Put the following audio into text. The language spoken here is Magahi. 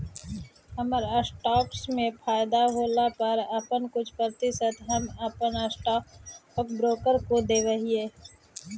हमर स्टॉक्स में फयदा होला पर अपन कुछ प्रतिशत हम अपन स्टॉक ब्रोकर को देब हीअई